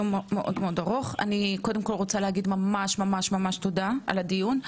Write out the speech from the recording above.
אני רוצה להגיד ממש ממש תודה על הדיון.